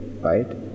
right